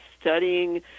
studying